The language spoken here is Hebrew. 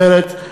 אחרת,